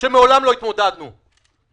שמעולם לא התמודדנו עם שכמותם.